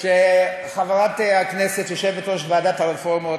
שחברת הכנסת יושבת-ראש ועדת הרפורמות,